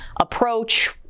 approach